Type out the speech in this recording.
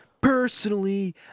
Personally